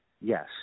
Yes